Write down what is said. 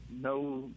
No